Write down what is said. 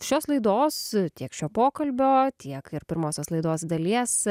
šios laidos tiek šio pokalbio tiek ir pirmosios laidos dalies